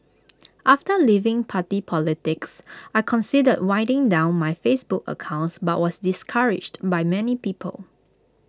after leaving party politics I considered winding down my Facebook accounts but was discouraged by many people